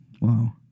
Wow